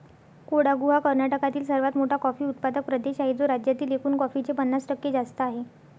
कोडागु हा कर्नाटकातील सर्वात मोठा कॉफी उत्पादक प्रदेश आहे, जो राज्यातील एकूण कॉफीचे पन्नास टक्के जास्त आहे